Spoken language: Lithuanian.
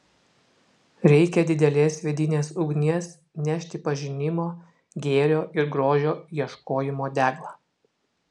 reikia didelės vidinės ugnies nešti pažinimo gėrio ir grožio ieškojimo deglą